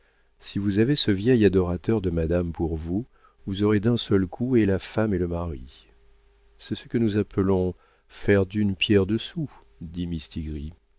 si vous avez ce vieil adorateur de madame pour vous vous aurez d'un seul coup et la femme et le mari c'est ce que nous appelons faire d'une pierre deux sous dit mistigris